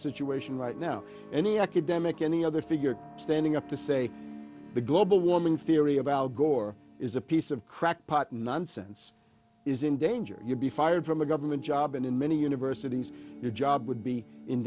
situation right now any academic any other figure standing up to say the global warming theory of al gore is a piece of crackpot nonsense is in danger you'd be fired from a government job and in many universities your job would be in